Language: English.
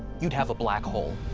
you'd have a black hole.